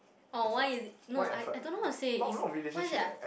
orh why is it no I I don't know how to say is what is it ah